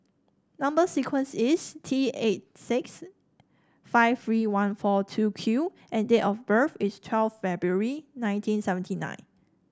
number sequence is T eight six five three one four two Q and date of birth is twelve February nineteen seventy nine